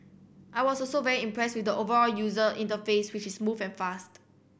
I was also very impressed with the overall user interface which is smooth and fast